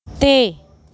ਅਤੇ